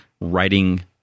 writing